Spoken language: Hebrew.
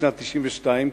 משנת 1992,